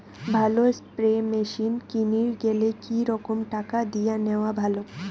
ভালো spray machine কিনির গেলে কি রকম টাকা দিয়া নেওয়া ভালো?